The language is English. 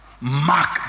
Mark